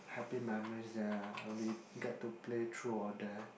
happy memories there we get to play true or dare